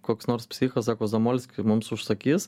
koks nors psichas sako zamolskį mums užsakys